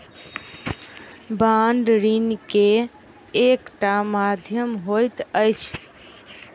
bond ऋण के एकटा माध्यम होइत अछि